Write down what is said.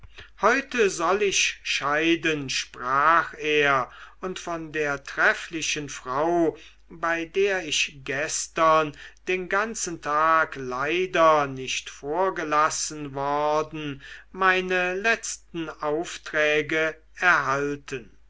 heute soll ich scheiden sprach er und von der trefflichen frau bei der ich gestern den ganzen tag leider nicht vorgelassen worden meine letzten aufträge erhalten